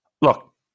Look